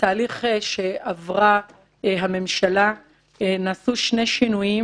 בתהליך שעברה הממשלה נעשו שני שינויים